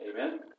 Amen